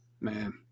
Man